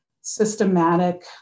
systematic